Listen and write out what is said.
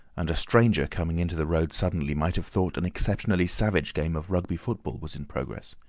and a stranger coming into the road suddenly might have thought an exceptionally savage game of rugby football was in progress.